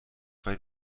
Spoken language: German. weil